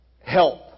help